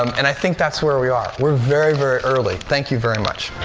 um and i think that's where we are. we're very, very early. thank you very much.